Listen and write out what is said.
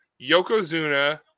Yokozuna